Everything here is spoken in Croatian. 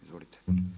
Izvolite.